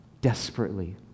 desperately